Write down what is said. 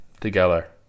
Together